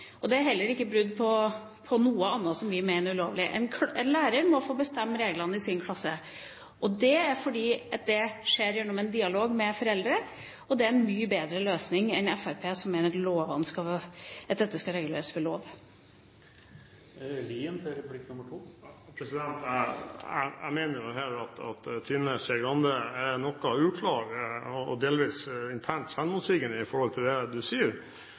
og det er heller ikke brudd på noe annet som vi mener er ulovlig. En lærer må få bestemme reglene i sin klasse. Fordi det skjer gjennom en dialog med foreldrene, er det en mye bedre løsning enn Fremskrittspartiet har, som mener at dette skal reguleres ved lov. Jeg mener at Trine Skei Grande her er noe uklar og delvis internt selvmotsigende i forhold til det hun sier.